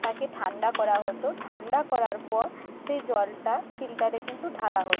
তাকে ঠান্ডা করা হতো ঠান্ডা করার পর সেই জলটা ফিল্টারে কিন্তু ঢালা হতো